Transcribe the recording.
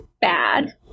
bad